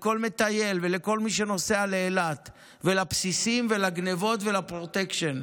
לכל מטייל ולכל מי שנוסע לאילת ולבסיסים ולגנבות ולפרוטקשן,